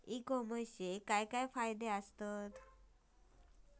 E कॉमर्सचे काय काय फायदे होतत?